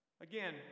again